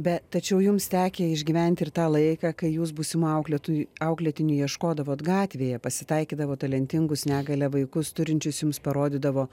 be tačiau jums tekę išgyventi ir tą laiką kai jūs būsimų auklėtojų auklėtinių ieškodavot gatvėje pasitaikydavo talentingus negalią vaikus turinčius jums parodydavo